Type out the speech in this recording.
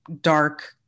dark